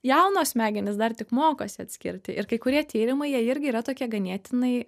jaunos smegenys dar tik mokosi atskirti ir kai kurie tyrimai jie irgi yra tokia ganėtinai